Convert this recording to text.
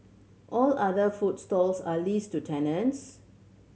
all other food stalls are leased to tenants